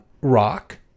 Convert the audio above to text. rock